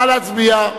נא להצביע.